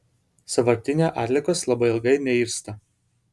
sąvartyne atliekos labai ilgai neirsta